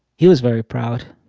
he was very proud.